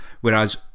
whereas